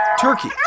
turkey